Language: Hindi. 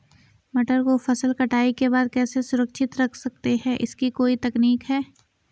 मटर को फसल कटाई के बाद कैसे सुरक्षित रख सकते हैं इसकी कोई तकनीक है?